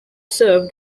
served